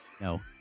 no